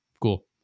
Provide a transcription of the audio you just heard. cool